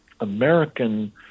American